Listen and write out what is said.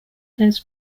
his